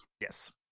Yes